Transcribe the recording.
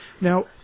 Now